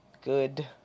good